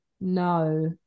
no